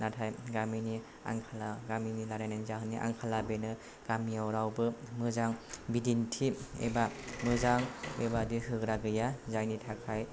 नाथाय गामिनि आंखाला गामिनि रायलायनायनि जाहोननि आंखाला बेनो गामियाव रावबो मोजां बिदिन्थि एबा मोजां बेबायदि होग्रा गैया जायनि थाखाय